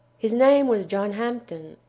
his name was john hampden.